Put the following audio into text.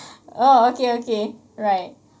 oh okay okay right